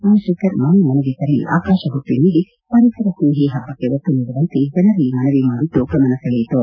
ಸೋಮಶೇಖರ್ ಮನೆ ಮನೆಗೆ ತೆರಳಿ ಆಕಾಶಬುಟ್ಟಿ ನೀಡಿ ಪರಿಸರ ಸ್ನೇಹಿ ಹಬಕ್ಕೆ ಒತ್ತು ನೀಡುವಂತೆ ಜನರಲ್ಲಿ ಮನವಿ ಮಾಡಿದ್ದು ಗಮನ ಸೆಳೆಯಿತು